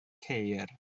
ceir